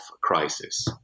crisis